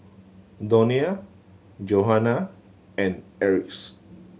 Donnell Johanna and Eris